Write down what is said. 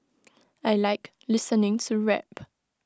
I Like listening to rap